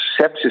sepsis